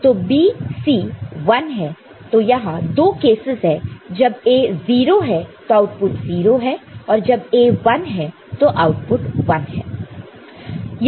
तो BC 1 है तो यहां दो केसेस हैं जब A 0 है तो आउटपुट 0 है और जब A 1 है तो आउटपुट 1 है